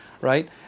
right